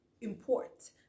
Import